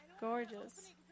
gorgeous